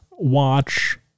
watch